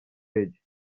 ndege